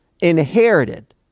inherited